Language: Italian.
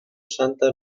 santa